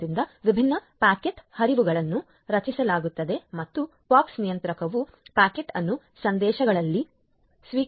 ಆದ್ದರಿಂದ ವಿಭಿನ್ನ ಪ್ಯಾಕೆಟ್ ಹರಿವುಗಳನ್ನು ರಚಿಸಲಾಗುತ್ತದೆ ಮತ್ತು ಪೋಕ್ಸ್ ನಿಯಂತ್ರಕವು ಪ್ಯಾಕೆಟ್ ಅನ್ನು ಸಂದೇಶಗಳಲ್ಲಿ ಸ್ವೀಕರಿಸುತ್ತದೆ